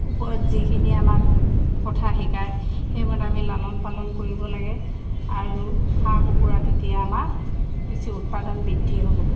ওপৰত যিখিনি আমাক কথা শিকায় সেইমতে আমি লালন পালন কৰিব লাগে আৰু হাঁহ কুকুৰা তেতিয়া আমাৰ বেছি উৎপাদন বৃদ্ধি হ'ব